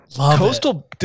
Coastal